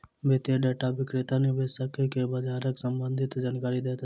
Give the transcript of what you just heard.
वित्तीय डेटा विक्रेता निवेशक के बजारक सम्भंधित जानकारी दैत अछि